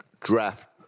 draft